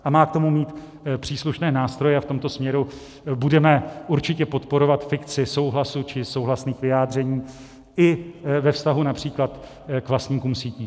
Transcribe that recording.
A má k tomu mít příslušné nástroje, a v tomto směru budeme určitě podporovat fikci souhlasu či souhlasných vyjádření i ve vztahu například k vlastníkům sítí.